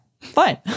fine